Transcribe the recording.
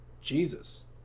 Jesus